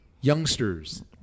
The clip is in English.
youngsters